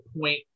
point